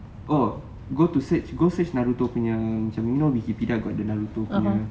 or go to search go search naruto punya macam you know wikipedia you know got naruto punya